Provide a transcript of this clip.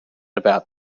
about